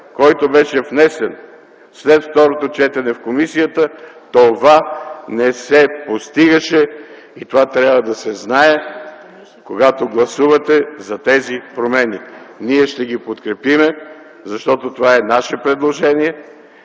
който беше внесен след второто четене в комисията, това не се постигаше. Това трябва да се знае, когато гласувате за тези промени. Ние ще ги подкрепим, защото това е наше предложение.